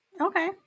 okay